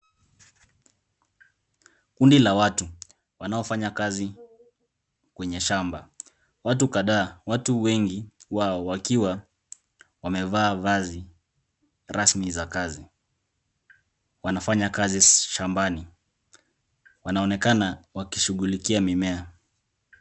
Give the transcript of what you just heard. Kundi la watu wanaofanya kazi kwenye shamba. Watu kadhaa, watu wengi wao wakiwa wamevaa vazi rasmi za kazi wanafanya kazi shambani. Wanaonekana wakishughulikia mimea.